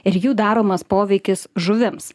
ir jų daromas poveikis žuvims